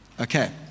Okay